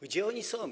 Gdzie one są?